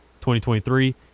2023